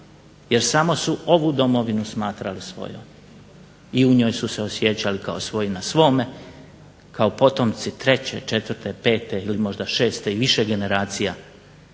jer samo su ovu domovinu smatrali svojom i u njoj se osjećali kao svoj na svome, kao potomci treće, četvrte, pete ili možda šeste i više generacija,